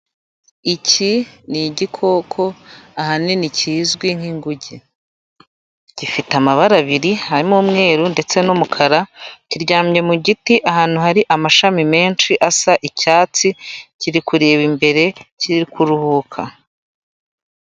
Iki ni igikoko ahanini kizwi nk'inguge, gifite amabara abiri harimo umweru ndetse n'umukara, kiryamye mu giti ahantu hari amashami menshi asa icyatsi, kiri kureba imbere, kiri kuruhuka.